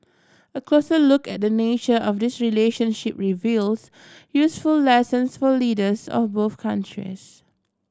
a closer look at the nature of this relationship reveals useful lessons for leaders of both countries